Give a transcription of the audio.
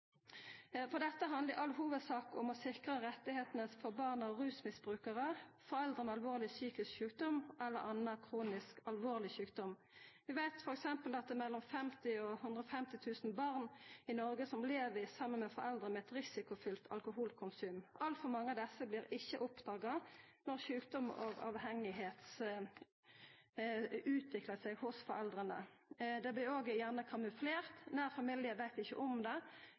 rett. Dette handlar i all hovudsak om å sikra rettane for barn av rusmisbrukarar, foreldre med alvorleg psykisk sjukdom eller annan kronisk alvorleg sjukdom. Vi veit t.d. at det er mellom 50 000 og 150 000 barn i Noreg som lever saman med foreldre med eit risikofylt alkoholkonsum. Altfor mange av desse blir ikkje oppdaga når sjukdom og avhengigheit utviklar seg hos foreldra. Det blir òg gjerne kamuflert, nær familie veit ikkje om det.